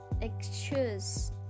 excuse